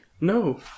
no